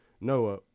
Noah